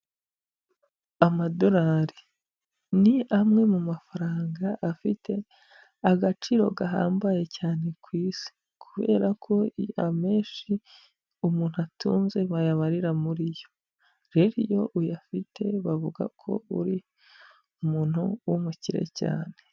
Amadolari ni amwe mu mafaranga afite agaciro gahambaye cyane ku isi kubera ko amenshi umuntu atunze bayabarira muri yo, rero iyo uyafite bavuga ko uri umuntu w'umukire cyane.